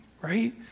right